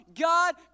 God